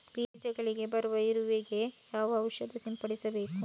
ಬೀಜಗಳಿಗೆ ಬರುವ ಇರುವೆ ಗೆ ಯಾವ ಔಷಧ ಸಿಂಪಡಿಸಬೇಕು?